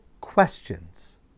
questions